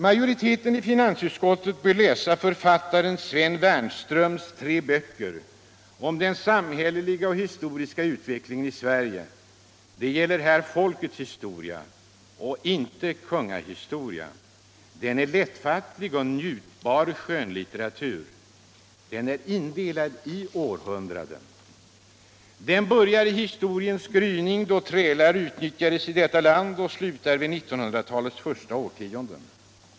Majoriteten i finansutskottet bör läsa författaren Sven Wernströms tre böcker om den samhälleliga och historiska utvecklingen i Sverige. Det gäller här folkets historia, inte kungahistoria. Det är lättfattlig och njutbar skönlitteratur. Den är indelad i århundraden. Den börjar i historiens gryning, då trälar utnyttjades i detta land, och slutar vid 1900-talets första årtionden.